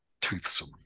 toothsome